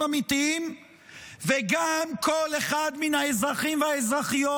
אמיתיים וגם כל אחד מהאזרחים והאזרחיות,